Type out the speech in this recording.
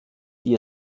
die